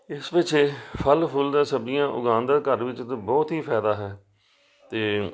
ਇਸ ਵਿੱਚ ਫਲ ਫੁੱਲ ਅਤੇ ਸਬਜ਼ੀਆਂ ਉਗਾਉਣ ਦਾ ਘਰ ਵਿੱਚ ਤਾਂ ਬਹੁਤ ਹੀ ਫਾਇਦਾ ਹੈ ਅਤੇ